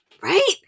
Right